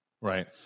right